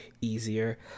easier